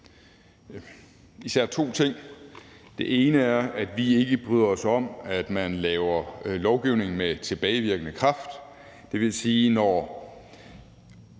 især to ting. Den ene er, at vi ikke bryder os om, at man laver lovgivning med tilbagevirkende kraft. Det vil sige, at